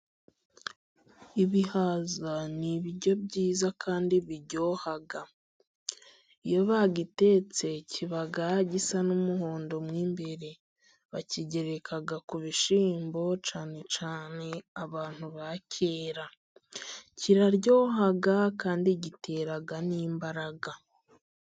Ibihaza ni ibiryo byiza kandi biryoha, iyo babitetse biba bisa n'umuhondo mwimbere, bakigereka ku bishyimbo cyane cyane abantu ba kera, kiraryoha kandi gitera n'imbaraga.